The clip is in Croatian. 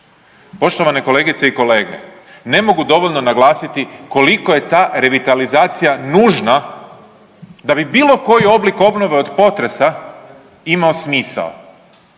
Poštovane kolegice i kolege, ne mogu dovoljno naglasiti koliko je ta revitalizacija nužna da bi bilo koji oblik obnove od potresa imao smisao.